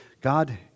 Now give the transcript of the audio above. God